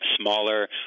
smaller